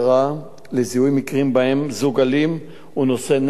לזיהוי מקרים שבהם בן-זוג אלים נושא נשק צה"לי,